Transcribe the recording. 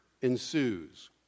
ensues